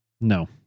No